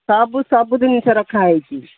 ସବୁ ସବୁ ଜିନିଷ ରଖାହୋଇଛି